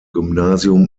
gymnasium